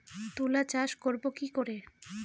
তুলা চাষ করব কি করে?